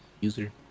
user